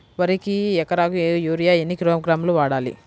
వరికి ఎకరాకు యూరియా ఎన్ని కిలోగ్రాములు వాడాలి?